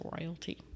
royalty